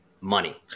money